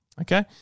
Okay